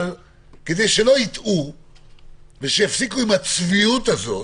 כדאי שלא יטעו ושיפסיקו עם הצביעות הזאת